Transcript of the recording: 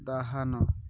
ଦାହାନ